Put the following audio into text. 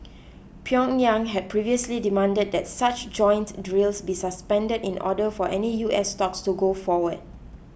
Pyongyang had previously demanded that such joint drills be suspended in order for any U S talks to go forward